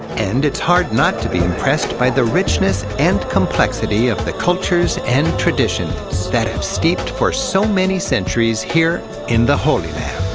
and it's hard not to be impressed by the richness and complexity of the cultures and traditions so that have steeped for so many centuries here in the holy land.